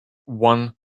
one